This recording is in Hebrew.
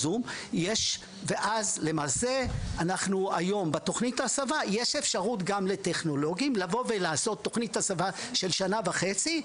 יש היום אפשרות לטכנולוגים לעשות תכנית הסבה של שנה וחצי,